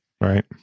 Right